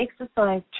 exercise